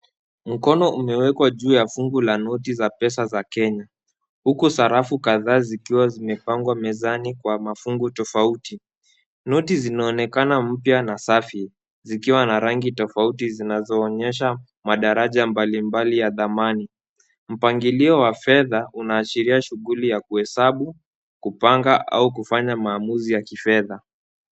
Mkono umewekwa juu ya fungu la noti za pesa za kenya huku sarafu kadhaa zikiwa zime pangwa mezani kwa mafungu tofauti. Noti zinaonekana mpya na safi zikiwa na rangi tofauti zinazoonyesha madaraja mbalimbali ya dhamani mpangilio wa fedha unaoashiria shughuli ya kuhesabu kupanga au kufanya maamuzi ya kifedha.